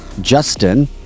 justin